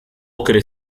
ocre